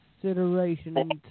consideration